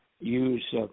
use